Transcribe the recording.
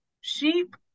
sheep